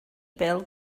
bêl